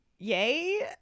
yay